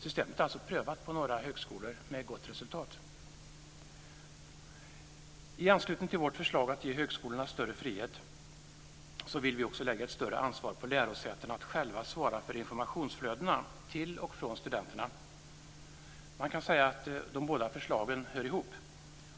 Systemet är alltså prövat på några högskolor, med gott resultat. I anslutning till vårt förslag om att ge högskolorna större frihet vill vi också lägga ett större ansvar på lärosätena att själva svara för informationsflödena till och från studenterna. Man kan säga att de båda förslagen hör ihop.